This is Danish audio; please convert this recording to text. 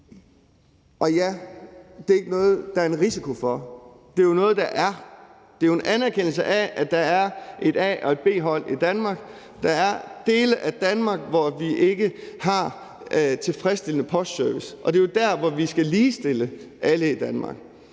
Og ja, det er ikke noget, der er en risiko for, det er jo noget, der er. Det er jo en anerkendelse af, at der er et A- og et B-hold i Danmark. Der er dele af Danmark, hvor vi ikke har tilfredsstillende postservice, og det er jo der, vi skal ligestille alle i Danmark.